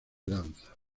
danza